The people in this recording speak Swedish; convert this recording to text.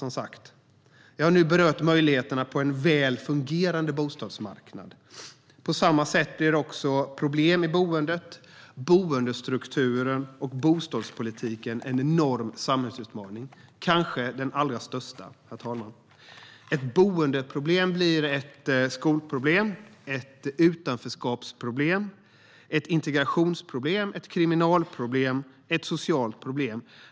Jag har nu berört möjligheterna på en väl fungerande bostadsmarknad. På samma sätt blir problem i boendet, boendestrukturen och bostadspolitiken en enorm samhällsutmaning, kanske den allra största. Ett boendeproblem blir ett skolproblem, ett utanförskapsproblem, ett integrationsproblem, ett kriminalitetsproblem och ett socialt problem.